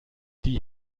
die